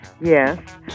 Yes